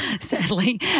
sadly